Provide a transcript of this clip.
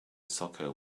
soccer